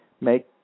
Make